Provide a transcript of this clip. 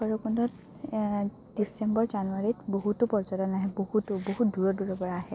ভৈৰৱকুণ্ডত ডিচেম্বৰ জানুৱাৰীত বহুতো পৰ্যটন আহে বহুতো বহুত দূৰৰ দূৰৰ পৰা আহে